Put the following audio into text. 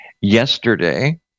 Yesterday